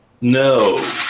No